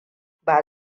ba